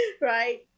right